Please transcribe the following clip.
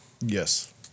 Yes